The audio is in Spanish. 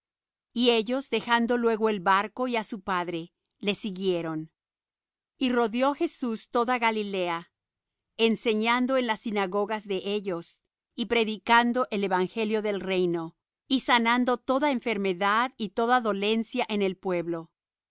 y ellos dejando luego el barco y á su padre le siguieron y rodeó jesús toda galilea enseñando en las sinagogas de ellos y predicando el evangelio del reino y sanando toda enfermedad y toda dolencia en el pueblo